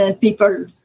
people